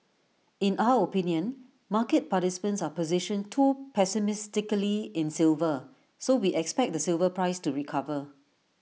in our opinion market participants are positioned too pessimistically in silver so we expect the silver price to recover